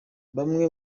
bamwe